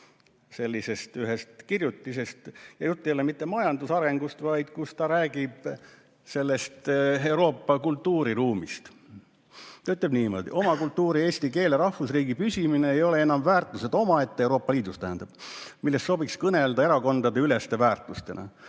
peapiiskop Viilma kirjutisest. Jutt ei ole mitte majandusarengust, vaid ta räägib Euroopa kultuuriruumist. Ta ütleb niimoodi: "Omakultuuri, eesti keele, rahvusriigi püsimine ei ole enam väärtused omaette [Euroopa Liidus, tähendab. – P. E.], millest sobiks kõneleda erakondade üleste väärtustena.